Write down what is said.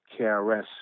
KRS